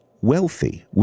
wealthy